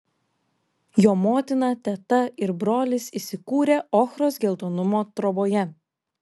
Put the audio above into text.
jo motina teta ir brolis įsikūrę ochros geltonumo troboje